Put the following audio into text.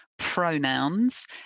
Pronouns